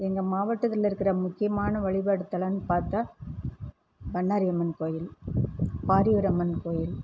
எங்க மாவட்டத்தில் இருக்கிற முக்கியமான வழிபாட்டு தலம்னு பார்த்தா பண்ணாரி அம்மன் கோயில் பாரியூர் அம்மன் கோயில்